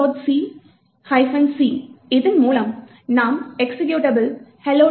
c c இதன் மூலம் நாம் எக்சிகியூட்டபிள் hello